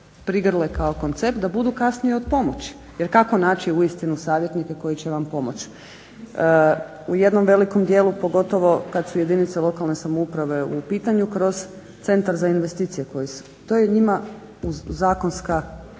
prigrle kao koncept da budu kasnije od pomoći. Jer kako naći uistinu savjetnike koji će vam pomoći u jednom velikom dijelu pogotovo kada su jedinice lokalne samouprave u pitanju kroz Centar za investicije … to je njima zakonska